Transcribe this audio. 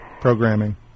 programming